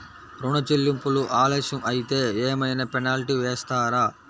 ఋణ చెల్లింపులు ఆలస్యం అయితే ఏమైన పెనాల్టీ వేస్తారా?